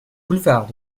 boulevard